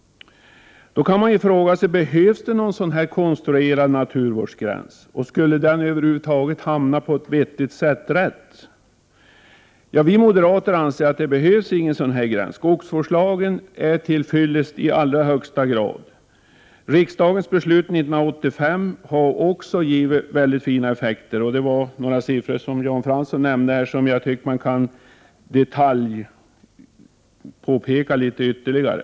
Man kan fråga sig om det behöver konstrueras en naturvårdsgräns, och skulle den över huvud taget hamna på rätt ställe i så fall? Ja, vi moderater anser att det inte behövs en sådan gräns. Skogsvårdslagen är i allra högsta grad till fyllest. Riksdagens beslut 1985 har också fått mycket goda effekter. Jan Fransson nämnde några siffror som jag tycker att man kan betona ytterligare.